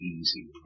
easy